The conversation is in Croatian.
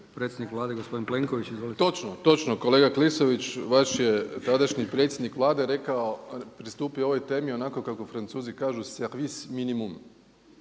predsjednik Vlade gospodin Plenković. Izvolite. **Plenković, Andrej (HDZ)** Točno, točno. Kolega Klisović vaš je tadašnji predsjednik Vlade rekao, pristupio ovoj temi onako kako Francuzi kažu „Servis minimum“.